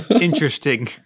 interesting